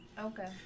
Okay